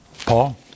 Paul